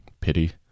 pity